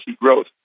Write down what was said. growth